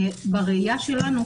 בראייה שלנו,